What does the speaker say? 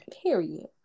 period